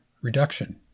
reduction